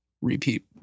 repeat